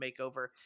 makeover